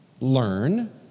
learn